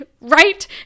right